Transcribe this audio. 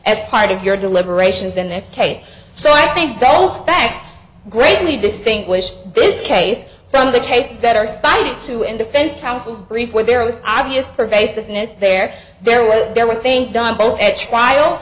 as part of your deliberations in this case so i think bell's facts greatly distinguish this case from the case that our fight to end defense counsel brief where there was obvious pervasiveness there there was there were things done both at trial